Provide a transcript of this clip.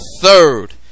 third